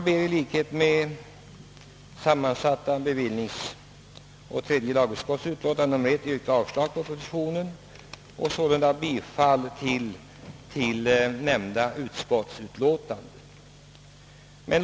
Med instämmande i sanumansatta bevillningsoch tredje lagutskottets utlåtande nr 1 ber jag att få yrka avslag på propositionen och bifall till utskottets hemställan.